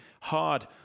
hard